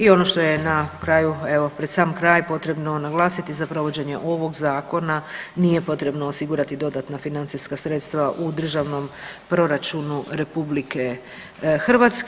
I ono što je na kraju pred sam kraj potrebno naglasiti, za provođenje ovog zakona nije potrebno osigurati dodatna financijska sredstva u državnom proračunu RH.